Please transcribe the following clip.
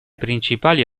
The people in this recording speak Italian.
principali